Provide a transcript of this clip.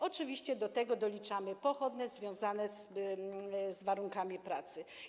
Oczywiście do tego doliczamy pochodne związane z warunkami pracy.